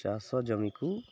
ଚାଷ ଜମିକୁ